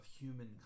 human